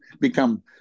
become